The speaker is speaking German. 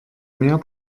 mehr